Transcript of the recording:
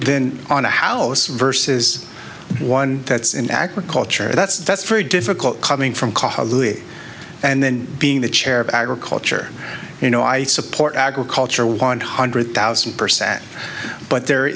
then on a house versus one that's in aquaculture that's that's very difficult coming from costa louis and then being the chair of agriculture you know i support agriculture one hundred thousand percent but there